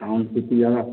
କାମ ସିକିବା